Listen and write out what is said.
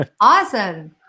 awesome